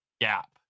gap